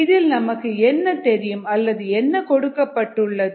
இதில் நமக்கு என்ன தெரியும் அல்லது என்ன கொடுக்கப்பட்டுள்ளது